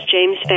James